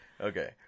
Okay